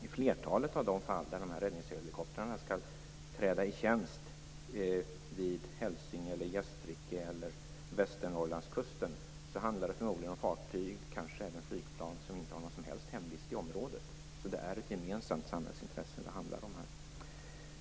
I flertalet av de fall där räddningshelikoptrarna skall träda i tjänst - vid Hälsinge-, Gästrike eller Västernorrlandskusten - handlar det förmodligen om fartyg och kanske även flygplan som inte har någon som helst hemvist i området. Det är alltså ett gemensamt samhällsintresse det handlar om här.